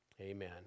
amen